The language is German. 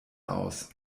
aus